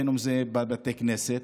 בין שזה בתי כנסת.